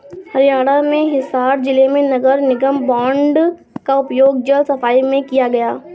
हरियाणा में हिसार जिले में नगर निगम बॉन्ड का उपयोग जल सफाई में किया गया